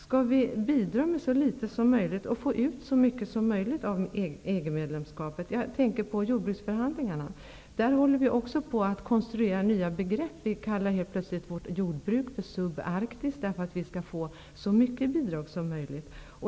Skall vi bidra med så litet som möjligt och få ut så mycket som möjligt av EG-medlemskapet? Jag tänker på jordbruksförhandlingarna. Där håller vi också på att konstruera nya begrepp. Vi kallar helt plötsligt vårt jordbruk för subarktiskt för att vi skall få så mycket bidrag som möjligt.